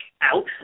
out